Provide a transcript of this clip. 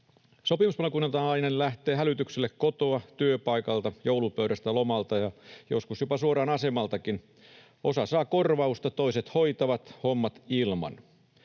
Sopimuspalokuntalainen lähtee hälytykselle kotoa, työpaikalta, joulupöydästä, lomalta ja joskus jopa suoraan asemaltakin. Osa saa korvausta, toiset hoitavat hommat ilman.